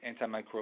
antimicrobial